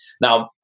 Now